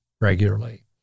regularly